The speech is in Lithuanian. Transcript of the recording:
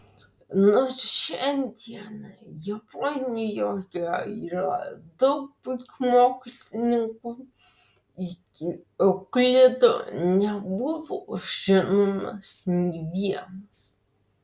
nors šiandien japonijoje yra daug puikių mokslininkų iki euklido nebuvo žinomas nė vienas